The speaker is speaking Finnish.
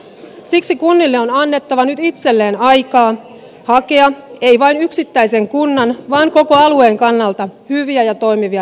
siksi kunnille on annettava nyt itselleen aikaa hakea ei vain yksittäisen kunnan vaan koko alueen kannalta hyviä ja toimivia ratkaisuja